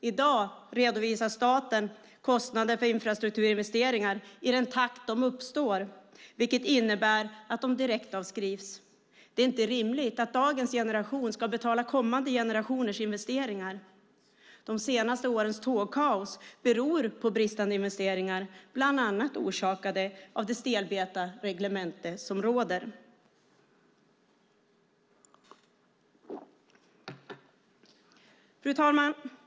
I dag redovisar staten kostnader för infrastrukturinvesteringar i den takt de uppstår, vilket innebär att de direktavskrivs. Det är inte rimligt att dagens generation ska betala kommande generationers investeringar. De senaste årens tågkaos beror på bristande investeringar, bland annat orsakade av det stelbenta reglemente som råder. Fru talman!